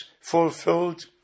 fulfilled